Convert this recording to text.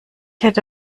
hätte